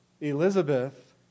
Elizabeth